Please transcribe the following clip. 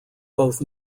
both